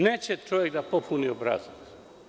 Neće čovek da popuni obrazac.